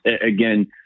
again